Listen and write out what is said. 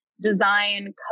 design